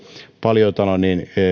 paljon